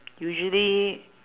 usually